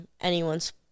anyone's